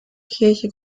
kirche